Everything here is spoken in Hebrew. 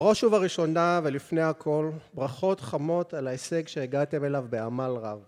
ראש ובראשונה ולפני הכל ברכות חמות על ההישג שהגעתם אליו בעמל רב